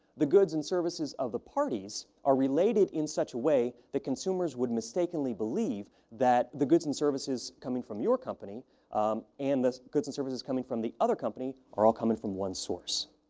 the goods and services of the parties are related in such a way that consumers would mistakenly believe that the goods and services coming from your company and the goods and services coming from the other company are all coming from one source.